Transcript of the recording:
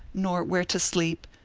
nor where to sleep,